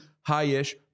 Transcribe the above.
high-ish